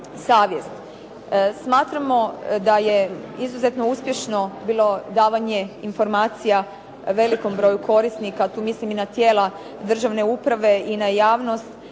savjest. Smatramo da je izuzetno uspješno bilo davanje informacija velikom broju korisnika. Tu mislim i na tijela državne uprave i na javnost